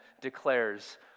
declares